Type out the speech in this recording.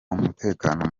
umutekano